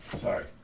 Sorry